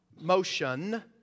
motion